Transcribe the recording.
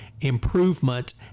improvement